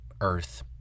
earth